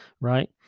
right